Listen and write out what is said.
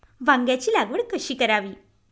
वांग्यांची लागवड कशी करावी?